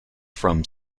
from